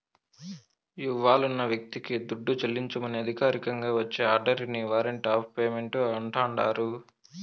ఇవ్వాలున్న వ్యక్తికి దుడ్డు చెల్లించమని అధికారికంగా వచ్చే ఆర్డరిని వారంట్ ఆఫ్ పేమెంటు అంటాండారు